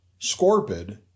Scorpid